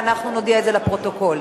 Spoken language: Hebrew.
ואנחנו נודיע את זה לפרוטוקול.